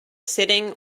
sitting